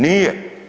Nije.